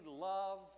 love